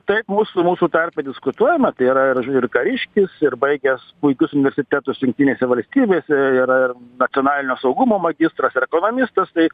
taip mūsų mūsų tarpe diskutuojama tai yra ir ir kariškis ir baigęs puikius universitetus jungtinėse valstybėse yra ir nacionalinio saugumo magistras ir ekonomistas tai